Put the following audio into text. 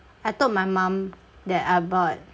I told my mum that I bought